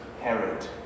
Herod